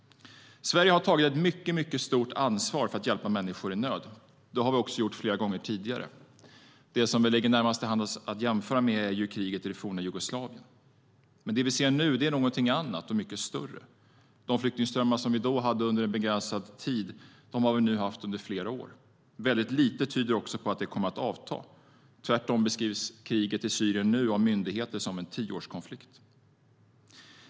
Sverige har tagit ett mycket stort ansvar för att hjälpa människor i nöd. Det har vi också gjort flera gånger tidigare. Det som ligger närmast till hands att jämföra med är kriget i forna Jugoslavien. Men det som vi ser nu är någonting annat och mycket större. De flyktingströmmar som vi då hade under en begränsad tid har vi nu haft under flera år. Väldigt lite tyder också på att det kommer att avta. Tvärtom beskrivs kriget i Syrien av myndigheter som en tioårskonflikt.